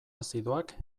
azidoak